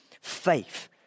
faith